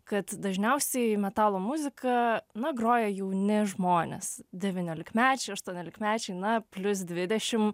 kad dažniausiai metalo muzika na groja jauni žmonės devyniolikmečiai aštuoniolikmečiai na plius dvidešim